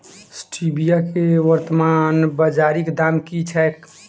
Stevia केँ वर्तमान बाजारीक दाम की छैक?